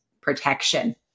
protection